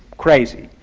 crazy!